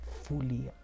fully